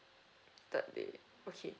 third day okay